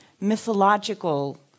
mythological